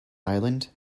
island